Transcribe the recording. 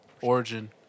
origin